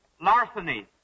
larceny